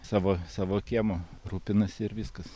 savo savo kiemu rūpinasi ir viskas